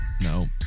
No